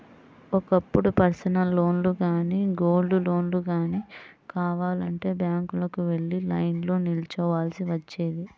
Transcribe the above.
ఒకప్పుడు పర్సనల్ లోన్లు గానీ, గోల్డ్ లోన్లు గానీ కావాలంటే బ్యాంకులకు వెళ్లి లైన్లో నిల్చోవాల్సి వచ్చేది